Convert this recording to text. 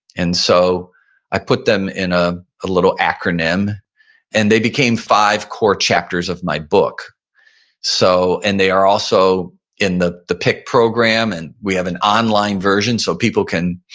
and so i put them in a ah little acronym and they became five core chapters of my book so and they are also in the the pick program and we have an online version, so people can,